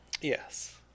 Yes